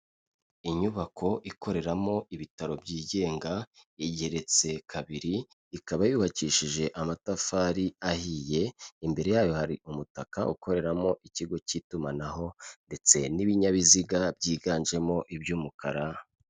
Inyubako ikoreramo ibitaro byigenga, igeretse kabiri, ikaba yubakishije amatafari ahiye, imbere yayo hari umutaka ukoreramo ikigo cy'itumanaho ndetse n'ibinyabiziga byiganjemo iby'umukara.